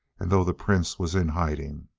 and though the prince was in hiding,